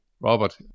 Robert